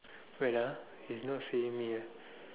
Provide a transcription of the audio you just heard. wait ah he is not seeing me ah